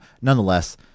nonetheless